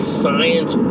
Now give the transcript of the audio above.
science